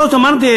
אמרתי,